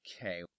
Okay